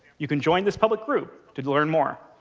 you can join this public group to learn more.